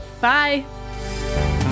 Bye